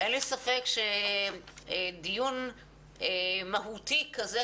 אין לי ספק שדיון מהותי כזה,